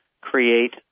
create